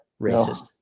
Racist